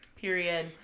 Period